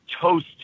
toast